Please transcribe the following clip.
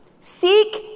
seek